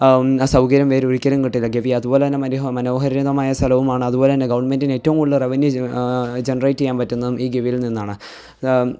ആ സൗകര്യം വേറൊരിക്കലും കിട്ടില്ല ഗവി അതുപോലെത്തന്നെ മനോഹരം മനോഹരിതമായ സ്ഥലവുമാണതുപോലെത്തന്നെ ഗവൺമെൻറ്റിനേറ്റവും കൂടുതൽ റവന്യൂ ജനറേറ്റ് ചെയ്യാൻ പറ്റുന്നതും ഈ ഗവിയിൽ നിന്നാണ്